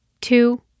Two